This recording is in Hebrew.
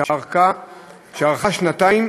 שנמשכה שנתיים.